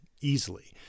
easily